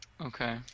Okay